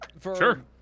Sure